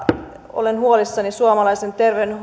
olen huolissani suomalaisen